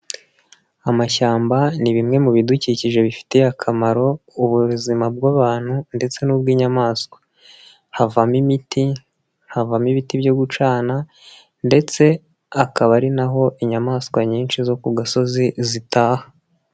Amashyamba ni bimwe mu bidukikije bifitiye akamaro ubuzima bw'abantu ndetse n'ubw'inyamaswa, havamo imiti, havamo ibiti byo gucana ndetse akaba ari naho inyamaswa nyinshi zo ku gasozi zitaha.